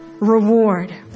reward